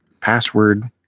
password